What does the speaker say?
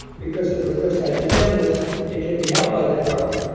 because if a person has an illness it can be helped by the drug.